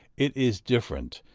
it is different,